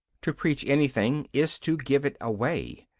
to preach anything is to give it away.